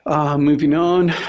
um moving on,